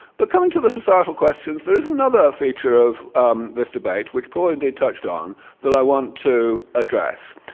but coming to the societal questions, there is another feature of um this debate which paul indeed touched on that i want to address.